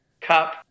Cup